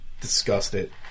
disgusted